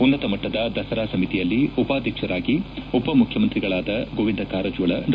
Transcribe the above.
ಉನ್ನತ ಮಟ್ಟದ ದಸರಾ ಸಮಿತಿಯಲ್ಲಿ ಉಪಾಧಾತ್ವರಾಗಿ ಉಪಮುಖ್ಯಮಂತ್ರಿಗಳಾದ ಗೋವಿಂದ ಕಾರಜೋಳ ಡಾ